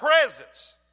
presence